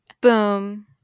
boom